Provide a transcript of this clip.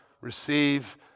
receive